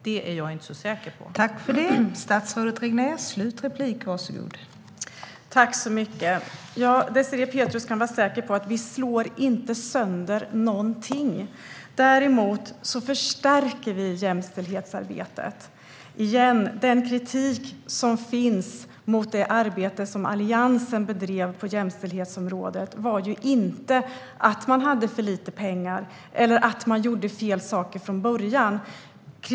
Det är jag inte så säker på, och det är här vi har vår kritik.